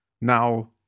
now